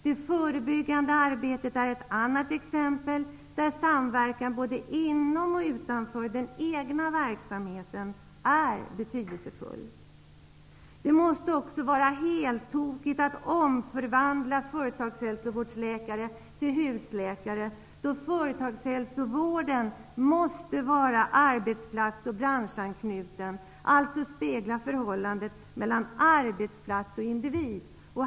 Det förebyggande arbetet är ett annat exempel där samverkan både inom och utanför den egna verksamheten är betydelsefull. Det måste också vara heltokigt att omvandla företagsläkare till husläkare, då företagshälsovården måste vara arbetsplats och branschanknuten och spegla förhållandet mellan arbetsplats och individ.